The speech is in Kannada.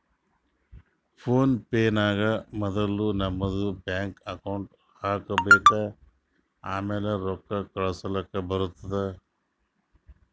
ಫೋನ್ ಪೇ ನಾಗ್ ಮೊದುಲ್ ನಮ್ದು ಬ್ಯಾಂಕ್ ಅಕೌಂಟ್ ಹಾಕೊಬೇಕ್ ಆಮ್ಯಾಲ ರೊಕ್ಕಾ ಕಳುಸ್ಲಾಕ್ ಬರ್ತುದ್